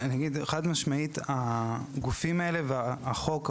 חד משמעית הגופים האלה והחוק,